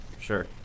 sure